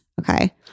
Okay